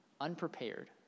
unprepared